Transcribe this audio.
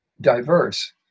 diverse